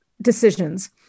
decisions